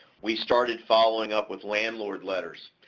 we started following up with landlord letters.